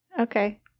Okay